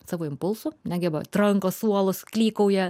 savo impulsų negeba tranko suolus klykauja